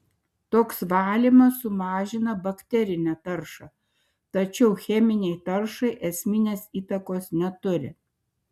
toks valymas sumažina bakterinę taršą tačiau cheminei taršai esminės įtakos neturi